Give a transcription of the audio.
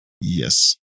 Yes